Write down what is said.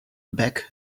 back